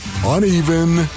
uneven